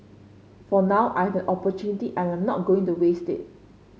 for now I have an opportunity and I'm not going to waste it